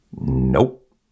Nope